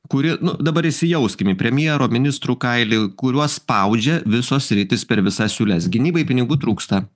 kuri nu dabar įsijauskim į premjero ministrų kailį kuriuos spaudžia visos sritys per visas siūles gynybai pinigų trūksta